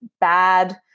bad